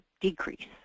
decrease